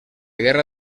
guerra